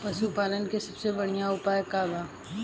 पशु पालन के सबसे बढ़ियां उपाय का बा?